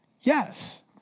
Yes